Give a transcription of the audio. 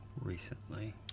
recently